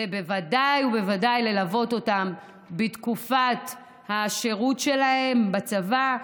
ובוודאי ובוודאי ללוות אותם בתקופת השירות שלהם בצבא.